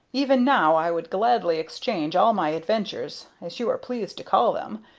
even now i would gladly exchange all my adventures, as you are pleased to call them,